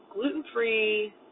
gluten-free